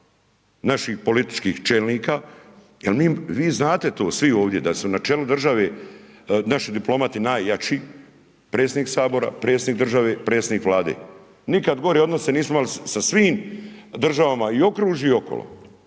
naših političkih čelnika, jel vi znate to svi ovdje, da su na čelu države, naši diplomati najjači, predsjednik Sabora, predsjednik države, predsjednik Vlade, nikada gore odnose nismo imali, sa svim državama i u okružju i okolo.